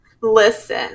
Listen